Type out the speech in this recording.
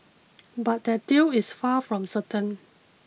but that deal is far from certain